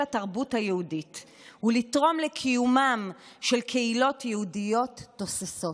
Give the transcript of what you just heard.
התרבות היהודית ולתרום לקיומן של קהילות יהודיות תוססות.